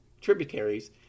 tributaries